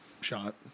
shot